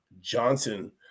Johnson